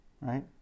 right